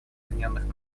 объединенных